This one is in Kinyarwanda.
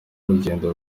urugendo